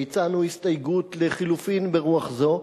והצענו הסתייגות לחלופין ברוח זו,